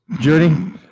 Journey